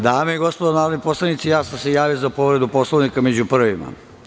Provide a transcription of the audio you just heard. Dame i gospodo narodni poslanici, ja sam se javio za povredu poslovnika među prvima.